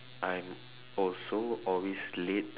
I'm also always late